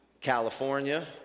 California